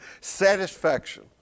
satisfaction